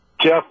Jeff